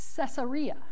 Caesarea